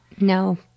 No